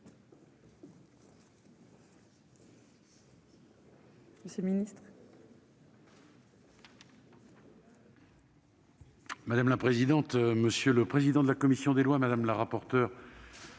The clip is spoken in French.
monsieur le ministre,